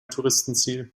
touristenziel